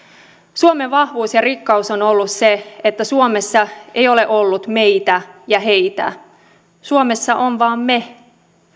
suomen vahvuus ja rikkaus on ollut se että suomessa ei ole ollut meitä ja heitä suomessa on vain me